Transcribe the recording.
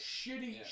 shitty